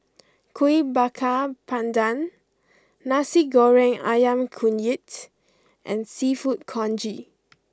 Kuih Bakar Pandan Nasi Goreng Ayam Kunyit and Seafood Congee